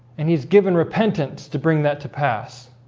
and he's given repentance to bring that to pass